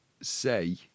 say